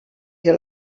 que